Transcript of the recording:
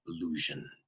illusion